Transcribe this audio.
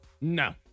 No